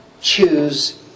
choose